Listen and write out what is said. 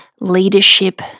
leadership